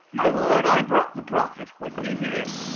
my lord, i brought the prophet with me here.